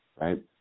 right